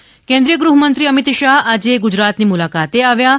અમિત શાહ્ કેન્રિતાય ગૃહમંત્રી અમિત શાહ આજે ગુજરાતની મુલાકાતે આવ્યા છે